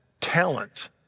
talent